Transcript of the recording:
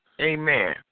Amen